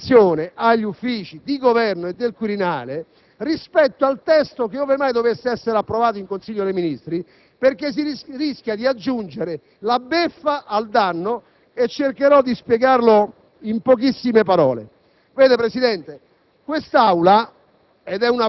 di far prestare particolare attenzione agli Uffici di Governo e del Quirinale rispetto al testo, ove mai dovesse essere approvato in Consiglio dei ministri, perché si rischia di aggiungere la beffa al danno. Cercherò di spiegarmi in pochissime parole. Vede Presidente,